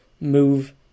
Move